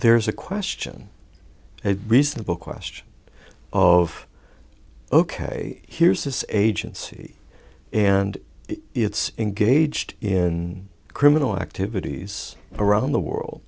there's a question a reasonable question of ok here's this agency and it's engaged in criminal activities around the world